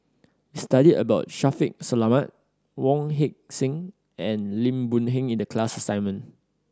we studied about Shaffiq Selamat Wong Heck Sing and Lim Boon Heng in the class assignment